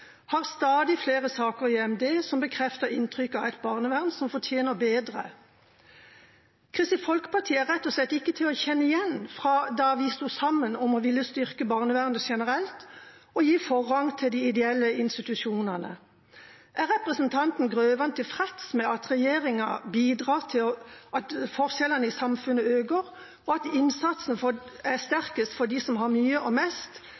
har stadig flere saker i EMD, som bekrefter inntrykket av et barnevern som fortjener bedre. Kristelig Folkeparti er rett og slett ikke til å kjenne igjen fra da vi sto sammen om å ville styrke barnevernet generelt og gi forrang til de ideelle institusjonene. Er representanten Grøvan tilfreds med at regjeringa bidrar til at forskjellene i samfunnet øker, og at innsatsen er sterkest for dem som har mye og mest,